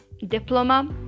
diploma